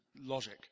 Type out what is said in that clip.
logic